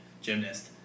gymnast